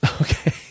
Okay